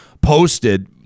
posted